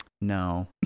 no